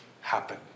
happen